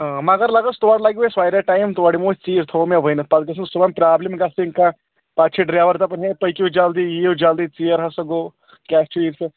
مگر لَگَس تورٕ لَگِوٕ اَسہِ واریاہ ٹایم تورٕ یِمو أسۍ ژیٖرۍ تھو مےٚ ؤنِتھ پَتہٕ گٔژھِو صُبحن پرٛابلِم گژھٕنۍ کانٛہہ پَتہٕ چھِ ڈرایوَر دَپَان ہے پٔکوٕ جلدی یِیِو جلدی ژیر ہَسا گوٚو کیٛاہ چھُ یہِ سُہ